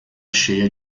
cheia